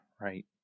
right